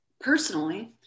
personally